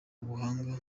ubuhanga